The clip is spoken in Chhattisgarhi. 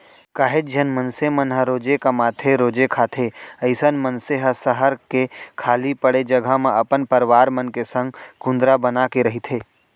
काहेच झन मनसे मन ह रोजे कमाथेरोजे खाथे अइसन मनसे ह सहर के खाली पड़े जघा म अपन परवार मन के संग कुंदरा बनाके रहिथे